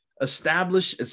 Establish